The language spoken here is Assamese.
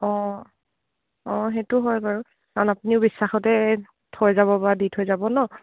অঁ অঁ সেইটো হয় বাৰু কাৰণ আপুনিও বিশ্বাসতে থৈ যাব বা দি থৈ যাব ন